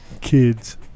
kids